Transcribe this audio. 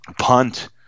punt